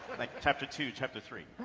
like chapter two, chapter three.